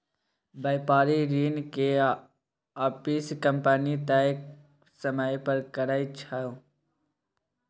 बेपारिक ऋण के आपिस कंपनी तय समय पर करै छै